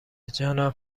جانا